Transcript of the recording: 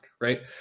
right